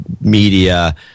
media